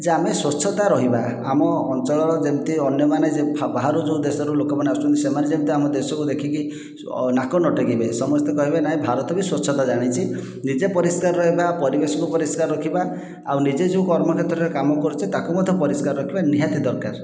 ଯେ ଆମେ ସ୍ଵଚ୍ଛତା ରହିବା ଆମ ଅଞ୍ଚଳର ଯେମିତି ଅନ୍ୟମାନେ ବାହାର ଯେଉଁ ଦେଶରୁ ଲୋକମାନେ ଆସୁଛନ୍ତି ସେମାନେ ଯେମିତି ଆମ ଦେଶକୁ ଦେଖିକି ନାକ ନ ଟେକିବେ ସମସ୍ତେ କେହିବେ ନାହିଁ ଭାରତ ବି ସ୍ଵଚ୍ଛତା ଜାଣିଛି ନିଜେ ପରିଷ୍କାର ରହିବା ଓ ପରିବେଶକୁ ପରିଷ୍କାରକୁ ରଖିବା ଆଉ ନିଜେ ଯେଉଁ କର୍ମକ୍ଷେତ୍ରରେ କାମ କରୁଛେ ତାକୁ ମଧ୍ୟ ପରିଷ୍କାର ରଖିବା ନିହାତି ଦରକାର